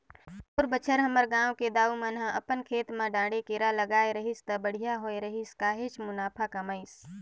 पउर बच्छर हमर गांव के दाऊ मन ह अपन खेत म डांड़े केरा लगाय रहिस त बड़िहा होय रहिस काहेच मुनाफा कमाइस